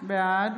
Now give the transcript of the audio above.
בעד